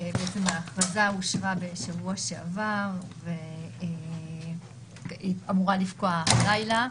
ההכרזה אושרה בשבוע שעבר והיא אמורה לפקוע הלילה.